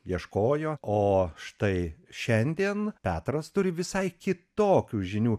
ieškojo o štai šiandien petras turi visai kitokių žinių